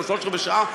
עוד שלושת-רבעי השעה,